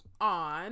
on